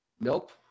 Nope